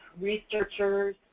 researchers